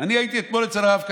אני הייתי אתמול אצל הרב קנייבסקי,